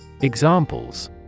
Examples